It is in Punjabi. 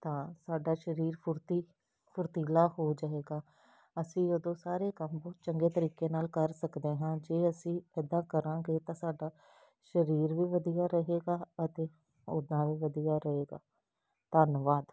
ਤਾਂ ਸਾਡਾ ਸਰੀਰ ਫੁਰਤੀ ਫੁਰਤੀਲਾ ਹੋ ਜਾਏਗਾ ਅਸੀਂ ਉਦੋਂ ਸਾਰੇ ਕੰਮ ਬਹੁਤ ਚੰਗੇ ਤਰੀਕੇ ਨਾਲ ਕਰ ਸਕਦੇ ਹਾਂ ਜੇ ਅਸੀਂ ਇੱਦਾਂ ਕਰਾਂਗੇ ਤਾਂ ਸਾਡਾ ਸਰੀਰ ਵੀ ਵਧੀਆ ਰਹੇਗਾ ਅਤੇ ਉੱਦਾਂ ਵੀ ਵਧੀਆ ਰਹੇਗਾ ਧੰਨਵਾਦ